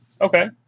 Okay